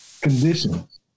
conditions